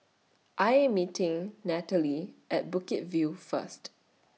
I Am meeting Nathalie At Bukit View First